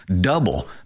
Double